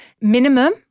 Minimum